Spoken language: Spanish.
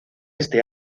ese